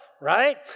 right